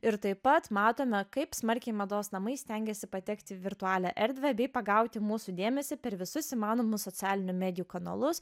ir taip pat matome kaip smarkiai mados namai stengėsi patekti į virtualią erdvę bei pagauti mūsų dėmesį per visus įmanomus socialinių medijų kanalus